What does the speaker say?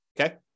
okay